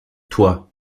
toi